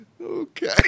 Okay